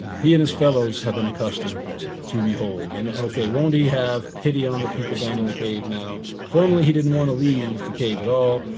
he and his fellows have been accustomed to behold. and okay, won't he have pity on the people down in the cave now? formally, he didn't want to leave the cave at all.